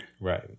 Right